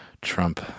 trump